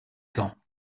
camps